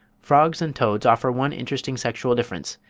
frogs and toads offer one interesting sexual difference,